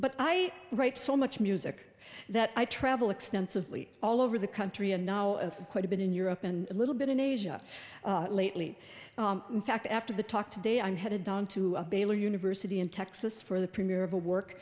but i write so much music that i travel extensively all over the country and now quite a bit in europe and a little bit in asia lately in fact after the talk today i'm headed down to baylor university in texas for the premier of a work